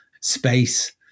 space